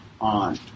on